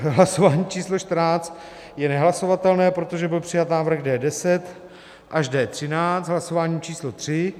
Hlasování číslo čtrnáct je nehlasovatelné, protože byl přijat návrh D10 až D13 v hlasování číslo tři.